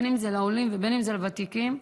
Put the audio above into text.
אם זה לעולים ואם זה לוותיקים,